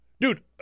Dude